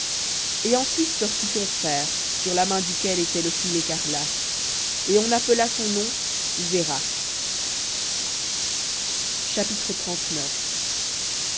et ensuite sortit son frère sur la main duquel était le fil écarlate et on appela son nom zérakh